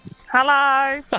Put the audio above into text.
Hello